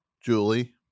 Julie